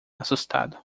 assustado